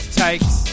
takes